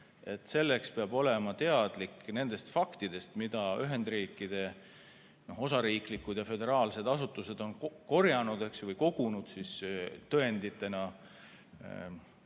Selleks peab olema teadlik nendest faktidest, mida Ühendriikide osariiklikud ja föderaalsed asutused on korjanud või kogunud tõenditena